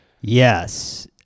Yes